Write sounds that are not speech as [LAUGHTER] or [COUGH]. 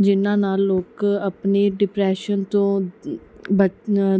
ਜਿਹਨਾਂ ਨਾਲ ਲੋਕ ਆਪਣੇ ਡਿਪਰੈਸ਼ਨ ਤੋਂ [UNINTELLIGIBLE] ਬਚ